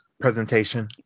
Presentation